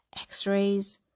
X-rays